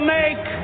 make